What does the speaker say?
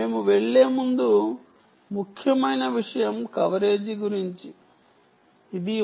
మేము వెళ్ళే ముందు ముఖ్యమైన విషయం కవరేజ్ గురించి ఇది 160 డిబి